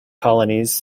colonies